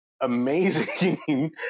amazing